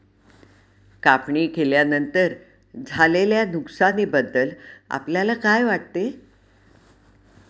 कापणी केल्यानंतर झालेल्या नुकसानीबद्दल आपल्याला काय वाटते?